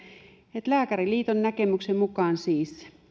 että lääkäriliiton näkemyksen mukaan siis